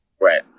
Right